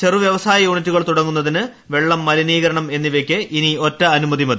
ചെറു വ്യവസായ യൂണിറ്റുകൾ തുടങ്ങുന്നതിന് വെള്ളം മലിനീകരണം എന്നിവയ്ക്ക് ഇനി ഒറ്റ അനുമതി മതി